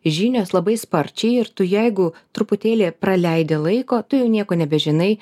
žinios labai sparčiai ir tu jeigu truputėlį praleidi laiko tu jau nieko nebežinai